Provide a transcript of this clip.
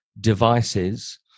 devices